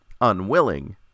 unwilling